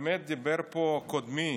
באמת דיבר פה קודמי